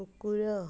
କୁକୁର